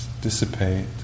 dissipate